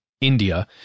India